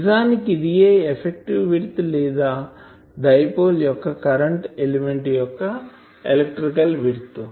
నిజానికి ఇదియే effective width లేదా డైపోల్ లేదా కరెంటు ఎలిమెంట్ యొక్క ఎలక్ట్రికల్ విడ్త్